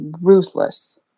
ruthless